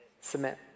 Submit